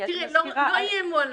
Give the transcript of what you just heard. לא איימו עלי.